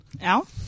Al